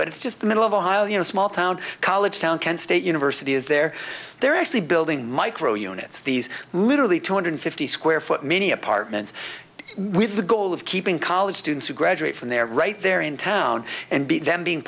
but it's just the middle of a highly you know small town college town kent state university is there they're actually building micro units these literally two hundred fifty square foot many apartments with the goal of keeping college students who graduate from there right there in town and be them being